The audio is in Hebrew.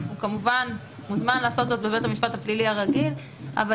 הוא כמובן מוזמן לעשות זאת בבית המשפט הפלילי הרגיל אבל